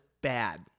bad